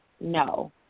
No